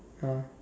ah